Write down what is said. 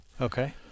Okay